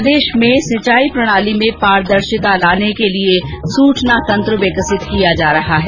प्रदेश में सिंचाई प्रणाली में पारदर्शिता लाने के सूचना तंत्र विकसित किया जा रहा है